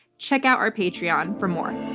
check out our patreon for more.